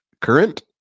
Current